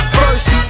first